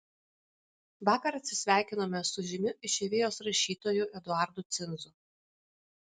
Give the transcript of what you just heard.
vakar atsisveikinome su žymiu išeivijos rašytoju eduardu cinzu